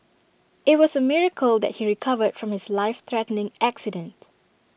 IT was A miracle that he recovered from his life threatening accident